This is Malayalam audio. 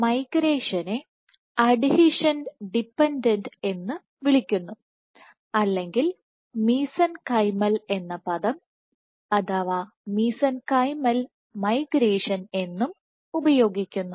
മൈഗ്രേഷനെ അഡ്ഹീഷൻ ഡിപൻഡന്റ് എന്ന് വിളിക്കുന്നു അല്ലെങ്കിൽ മിസെൻകൈമൽ എന്ന പദം അഥവാ മിസെൻകൈമൽ മൈഗ്രേഷൻ എന്നും ഉപയോഗിക്കുന്നു